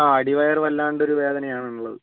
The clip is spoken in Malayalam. ആ അടിവയർ വല്ലാണ്ടൊരു വേദനയാണ് ഉള്ളത്